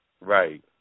Right